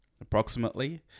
approximately